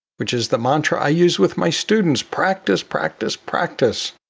which is the mantra i use with my students. practice, practice, practice,